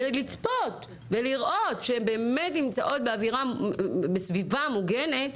ולצפות ולראות שהן באמת נמצאות בסביבה מוגנת,